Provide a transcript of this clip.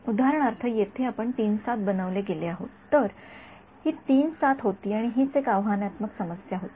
उदाहरणार्थ येथे आपण बनवले गेले आहोत तर ही होती आणि हीच एक आव्हानात्मक समस्या होती